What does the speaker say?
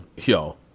Yo